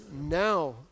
now